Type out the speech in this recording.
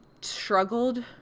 struggled